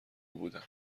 بودم